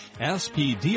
SPD